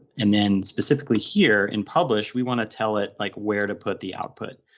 and then specifically here in publish we want to tell it like where to put the output.